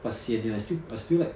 but sian leh I still I still like